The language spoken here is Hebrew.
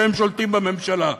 שהם שולטים בממשלה,